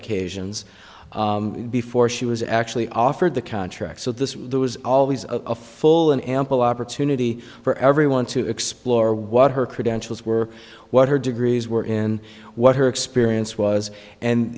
occasions before she was actually offered the contract so this was always of a full and ample opportunity for everyone to explore what her credentials were what her degrees were in what her experience was and